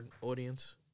audience